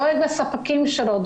דואגים לספקים שלהם,